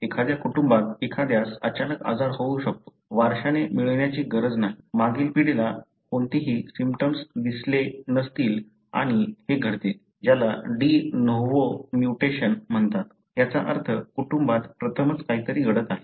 एखाद्या कुटुंबात एखाद्यास अचानक आजार होऊ शकतो वारशाने मिळण्याची गरज नाही मागील पिढीला कोणतीही सिम्पटम्स दिसले नसतील आणि हे घडते ज्याला डी नोव्हो म्यूटेशन म्हणतात याचा अर्थ कुटुंबात प्रथमच काहीतरी घडत आहे